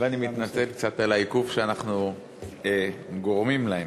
ואני מתנצל על העיכוב שאנחנו גורמים להם.